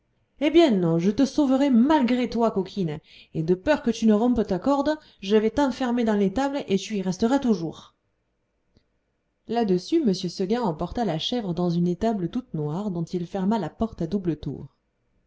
eh bien non je te sauverai malgré toi coquine et de peur que tu ne rompes ta corde je vais t'enfermer dans l'étable et tu y resteras toujours là-dessus m seguin emporta la chèvre dans une étable toute noire dont il ferma la porte à double tour